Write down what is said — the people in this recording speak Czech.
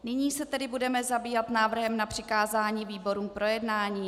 Nyní se tedy budeme zabývat návrhem na přikázání výborům k projednání.